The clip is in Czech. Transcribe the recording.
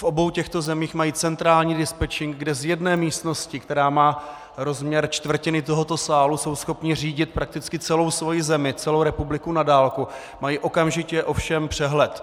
V obou těchto zemích mají centrální dispečink, kde z jedné místnosti, která má rozměr čtvrtiny tohoto sálu, jsou schopni řídit prakticky celou svoji zemi, celou republiku na dálku, mají okamžitě o všem přehled.